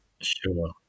Sure